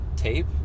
tape